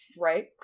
Right